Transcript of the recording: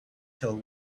till